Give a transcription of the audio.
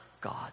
God